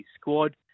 squad